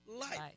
Life